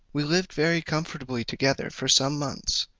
we lived very comfortably together for some months.